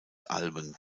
alben